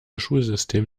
schulsystem